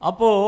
Apo